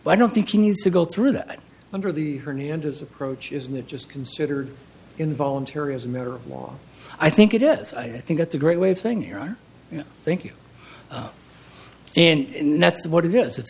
but i don't think he needs to go through that under the hernandez approach isn't that just considered involuntary as a matter of law i think it is i think it's a great way of thing here thank you and that's what it is it's